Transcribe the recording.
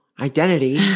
Identity